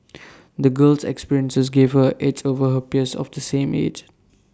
the girl's experiences gave her edge over her peers of the same age